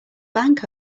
bank